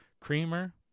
creamer